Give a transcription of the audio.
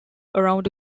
around